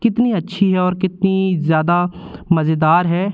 कितनी अच्छी है और कितनी ज़ादा मज़ेदार है